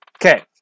Okay